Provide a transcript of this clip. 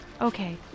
Okay